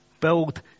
build